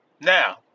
Now